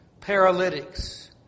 paralytics